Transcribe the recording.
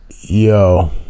Yo